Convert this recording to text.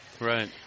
Right